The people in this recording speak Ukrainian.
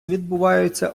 відбуваються